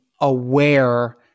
aware